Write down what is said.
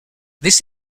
this